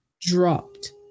dropped